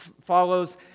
follows